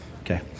Okay